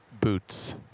Boots